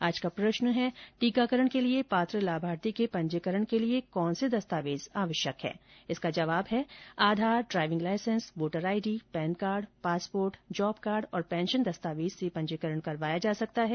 आज का प्रश्न है टीकाकरण के लिए पात्र लाभार्थी के पंजीकरण के लिए कौनसे दस्तावेज आवश्यक है इसका जवाब है Aadhaar driving licence voter ID PAN card passport job card और पेंशन दस्तावेज से पंजीकरण करवाया जा सकता है